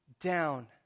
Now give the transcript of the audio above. down